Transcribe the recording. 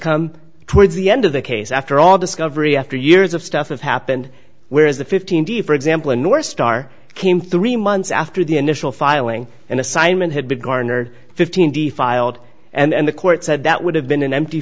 come towards the end of the case after all discovery after years of stuff have happened whereas the fifteen d for example a north star came three months after the initial filing and assignment had begun or fifteen the filed and the court said that would have been an empty